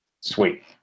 Sweet